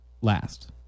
last